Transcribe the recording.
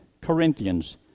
Corinthians